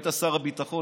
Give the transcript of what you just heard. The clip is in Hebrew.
היית שר הביטחון,